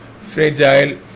fragile